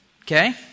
okay